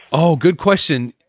oh, good question.